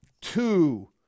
two